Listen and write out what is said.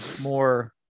more